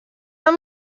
amb